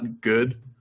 good